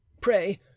pray